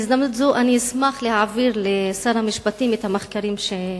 בהזדמנות זו אני אשמח להעביר לשר המשפטים את המחקרים שהזכרתי.